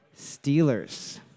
Steelers